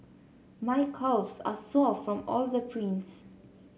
my calves are sore from all the prints